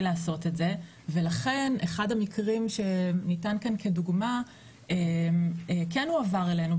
לעשות את זה ולכן אחד המקרים שניתן כאן כדוגמה כן הועבר אלינו,